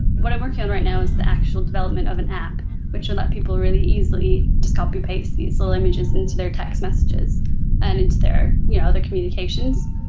what i'm working on right now is the actual development of an app which will let people really easily just copy and paste these little images into their text messages and into their yeah other communications.